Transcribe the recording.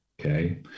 okay